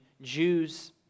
Jews